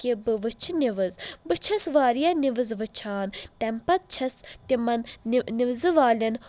کہِ بہٕ وٕچھہٕ نِوٕز بہٕ چھس واریاہ نِوٕز وٕچھان تٔمہِ پتہٕ چھس تِمن نِوزٕ والٮ۪ن